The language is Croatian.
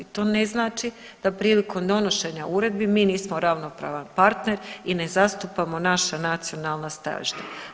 To ne znači da prilikom donošenja uredbi mi nismo ravnopravan partner i ne zastupamo naša nacionalna stajališta.